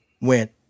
went